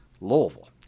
Louisville